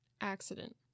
Accident